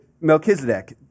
Melchizedek